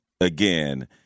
again